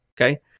okay